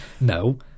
No